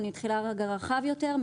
אבל אני מתחילה רגע רחב יותר,